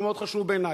שהוא מאוד חשוב בעיני.